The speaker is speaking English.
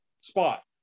spot